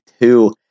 two